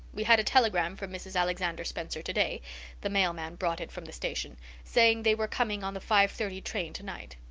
we had a telegram from mrs. alexander spencer today the mail-man brought it from the station saying they were coming on the five-thirty train tonight.